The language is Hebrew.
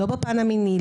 לא בפן המיני,